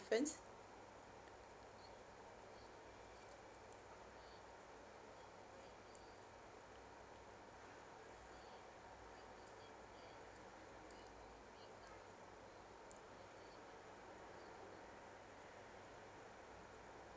difference